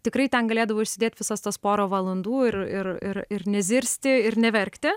tikrai ten galėdavau išsėdėt visas tas porą valandų ir ir ir ir nezirsti ir neverkti